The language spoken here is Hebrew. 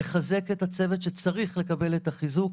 לחזק את הצוות שצריך לקבל את החיזוק.